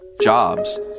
jobs